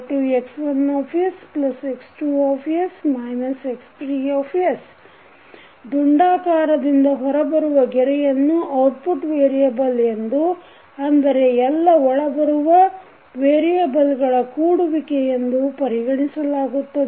YsX1sX2s X3 ದುಂಡಾಕಾರದಿಂದ ಹೊರಬರುವ ಗೆರೆಯನ್ನು ಔಟ್ಪುಟ್ ವೇರಿಯೇಬಲ್ ಎಂದೂ ಅಂದರೆ ಎಲ್ಲ ಒಳಬರುವ ವೇರಿಯಬಲ್ಗಳ ಕೂಡುವಿಕೆ ಎಂದು ಪರಿಗಣಿಸಲಾಗುತ್ತದೆ